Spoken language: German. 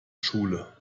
schule